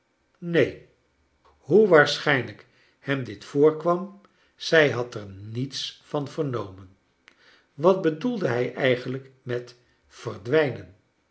neen hoe waarschijnlgk hem dit voorkwam zij had er niets van vernomen wat bedoelde hij eigenlijk met verdwijnen